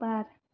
बार